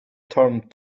turned